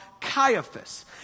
Caiaphas